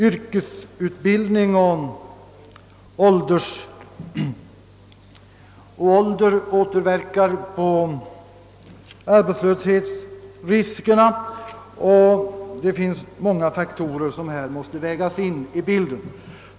Yrkesutbildning och ålder inverkar på arbetslöshetsriskerna. Även många andra faktorer måste in i bilden.